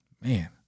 man